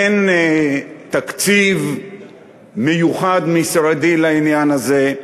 אין תקציב מיוחד משרדי לעניין הזה,